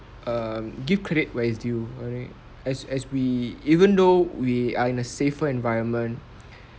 err give credit where it's due already as as we even though we are in a safer environment